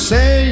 Say